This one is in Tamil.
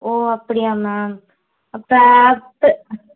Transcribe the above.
ஓ அப்படியா மேம் அப்போ அடுத்து